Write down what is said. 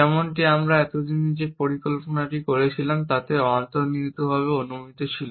যেমনটি আমরা এতদিন যে পরিকল্পনাটি করছিলাম তাতে অন্তর্নিহিতভাবে অনুমিত ছিল